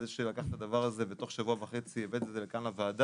על זה שלקחת את הדבר הזה ובתוך שבוע וחצי הבאת את זה לכאן לוועדה,